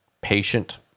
patient